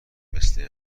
مثل